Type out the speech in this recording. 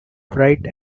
bright